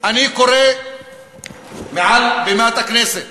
אני קורא מעל בימת הכנסת